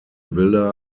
villa